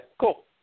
cool